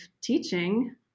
teaching